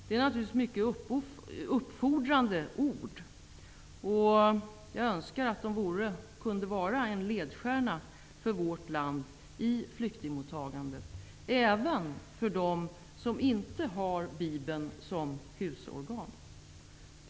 Det är naturligtvis mycket uppfordrande ord och jag önskar att de kunde vara en ledstjärna för vårt land i flyktingmottagandet, även för dem som inte har Bibeln som husorgan.